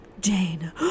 Jane